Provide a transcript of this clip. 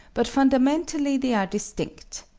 but fundamentally they are distinct.